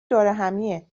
دورهمیه